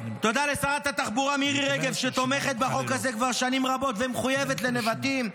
לשר איתמר בן גביר